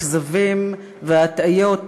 הכזבים וההטעיות